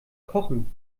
kochen